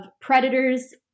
predators